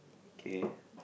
okay